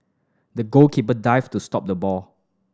the goalkeeper dived to stop the ball